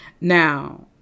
Now